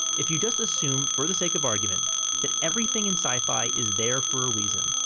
if you just assume for the sake of argument that everything in sci-fi is there for a reason.